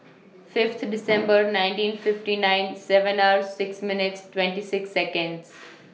Fifth December nineteen fifty nine seven R six minutes twenty six Seconds